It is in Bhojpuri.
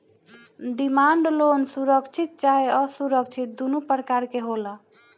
डिमांड लोन सुरक्षित चाहे असुरक्षित दुनो प्रकार के होला